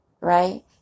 Right